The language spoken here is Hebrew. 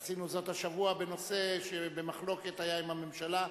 עשינו זאת השבוע בנושא שהיה במחלוקת עם הממשלה,